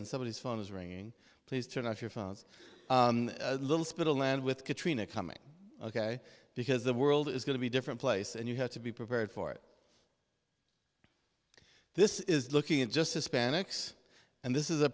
and some of his phone is ringing please turn off your phones little spittle land with katrina coming ok because the world is going to be different place and you have to be prepared for it this is looking at just hispanics and this is a